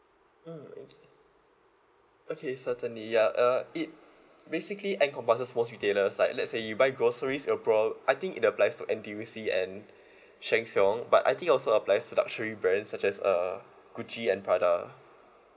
mm okay okay certainly ya uh it basically encompasses most retailers like let's say you buy groceries it'll prob~ I think it applies to N_T_U_C and sheng siong but I think it also applies to luxury brands such as uh gucci and prada